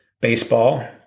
baseball